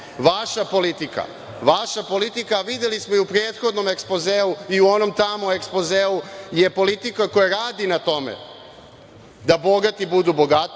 Vaša politika, a videli smo i u prethodnom ekspozeu i u onom tamo ekspozeu, je politika koja radi na tome da bogati budu bogatiji,